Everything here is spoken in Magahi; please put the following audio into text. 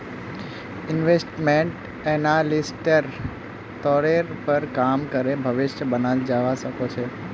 इन्वेस्टमेंट एनालिस्टेर तौरेर पर काम करे भविष्य बनाल जावा सके छे